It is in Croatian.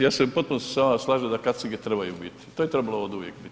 Ja se u potpunosti sa vama slažem da kacige trebaju biti, to je trebalo oduvijek biti.